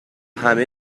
همه